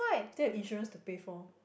still have insurance to pay for